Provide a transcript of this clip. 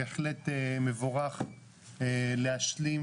בהחלט מבורך להשלים